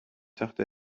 dachte